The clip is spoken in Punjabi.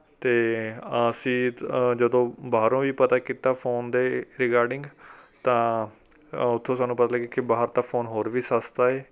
ਅਤੇ ਅਸੀਂ ਜਦੋਂ ਬਾਹਰੋਂ ਵੀ ਪਤਾ ਕੀਤਾ ਫ਼ੋਨ ਦੇ ਰਿਗਾਰਡਿੰਗ ਤਾਂ ਉੱਥੋ ਸਾਨੂੰ ਪਤਾ ਲੱਗਾ ਕਿ ਬਾਹਰ ਤਾਂ ਫ਼ੋਨ ਹੋਰ ਵੀ ਸਸਤਾ ਏ